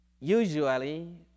usually